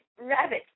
rabbit